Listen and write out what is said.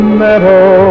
meadow